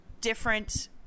different